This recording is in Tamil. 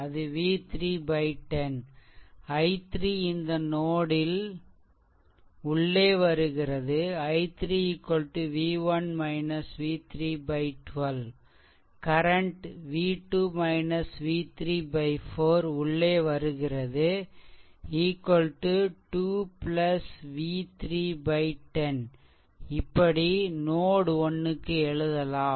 அது v3 10 i3 இந்த நோட் ல் உள்ளே வருகிறது i3 v1 v3 12 current v2 v3 4 உள்ளே வருகிறது 2 v3 10 இப்படி நோட் 1 க்கு எழுதலாம்